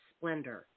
Splendor